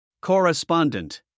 Correspondent